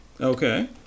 Okay